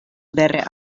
vere